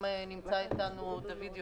אם היה כן לשנות,